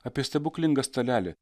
apie stebuklingą stalelį